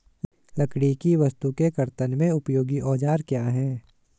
लकड़ी की वस्तु के कर्तन में उपयोगी औजार क्या हैं?